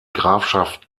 grafschaft